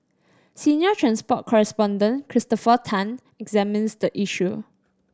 senior transport correspondent Christopher Tan examines the issue